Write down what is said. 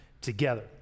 together